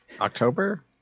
October